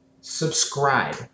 subscribe